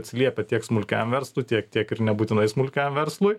atsiliepia tiek smulkiam verslui tiek tiek ir nebūtinai smulkiam verslui